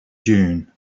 dune